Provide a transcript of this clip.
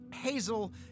Hazel